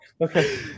Okay